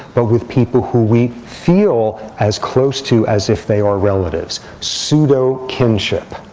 but with people who we feel as close to as if they are relatives pseudo kinship.